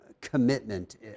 commitment